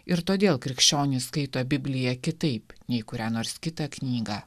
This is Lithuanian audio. ir todėl krikščionys skaito bibliją kitaip nei kurią nors kitą knygą